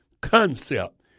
concept